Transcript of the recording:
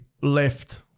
left